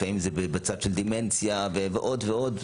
לפעמים זה בצד של דמנציה ועוד ועוד.